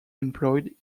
employed